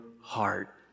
heart